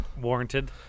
Warranted